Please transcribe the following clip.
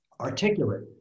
articulate